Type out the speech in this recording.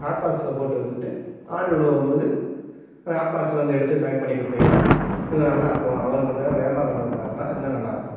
hot பாக்ஸில் போட்டு வச்சுட்டு ஆர்டர் உழும்போது ஹாட் பாக்ஸ்லிருந்து எடுத்து பேக் பண்ணி கொடுத்தீங்கனா கொஞ்சம் நல்லா இருக்கும் அவர் கொஞ்சம் வேகமாக கொண்டு வந்தாருன்னால் இன்னும் நல்லா இருக்கும்